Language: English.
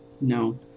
no